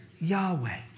Yahweh